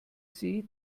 see